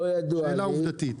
שאלה עובדתית.